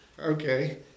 Okay